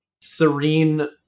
serene